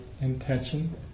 intention